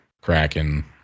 Kraken